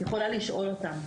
יכולה לשאול אותן.